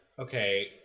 okay